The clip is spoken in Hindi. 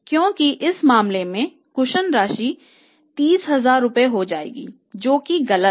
क्योंकि इस मामले में कुशन राशि 30000 रुपये हो जाएगी जो कि गलत है